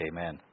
Amen